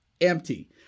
empty